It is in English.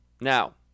Now